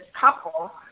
couple